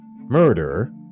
murder